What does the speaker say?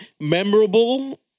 memorable